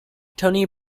tony